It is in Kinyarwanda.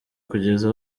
kugeza